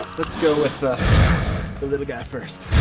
let's go with the little guy first.